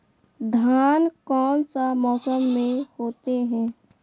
धान कौन सा मौसम में होते है?